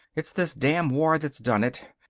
it's this damned war that's done it.